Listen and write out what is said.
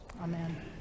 Amen